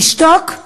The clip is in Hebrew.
לשתוק?